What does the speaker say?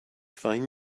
find